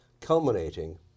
culminating